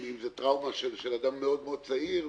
אם זה טראומה של אדם צעיר מאוד,